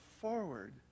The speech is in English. forward